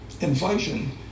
inflation